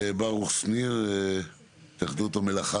ברוך שניר מהתאחדות המלאכה